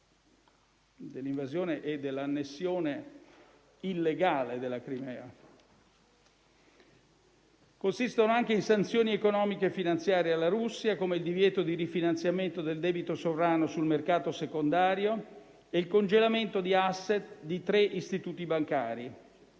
dell'invasione e dell'annessione illegale della Crimea. Consistono anche in sanzioni economiche e finanziarie alla Russia, come il divieto di rifinanziamento del debito sovrano sul mercato secondario e il congelamento di *asset* di tre istituti bancari;